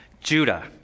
Judah